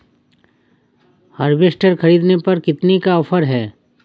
Harvester ख़रीदने पर कितनी का ऑफर है?